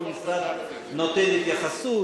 לכל משרד נותן התייחסות.